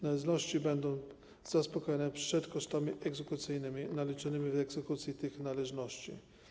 Należności celne będą zaspokajane przed kosztami egzekucyjnymi naliczonymi w egzekucji tych należności.